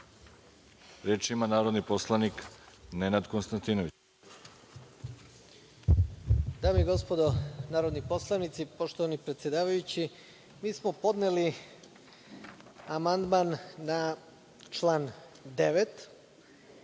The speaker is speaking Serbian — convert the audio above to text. reč? Reč ima narodni poslanik Nenad Konstantinović.